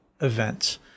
events